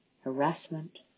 harassment